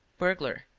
burglar.